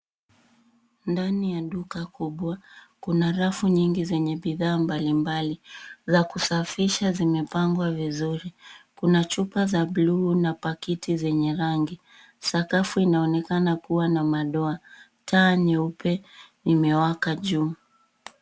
Ndani ya duka kubwa, kuna rafu nyingi zenye bidhaa mbalimbali. Za kusafisha zimepangwa vizuri. Kuna chupa za buluu na pakiti yenye rangi. Sakafu inaonekana kuwa na madoa. Taa nyeupe imewaka juu.